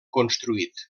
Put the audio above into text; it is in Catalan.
construït